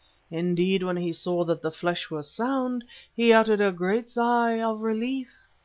indeed, when he saw that the flesh was sound he uttered a great sigh of relief.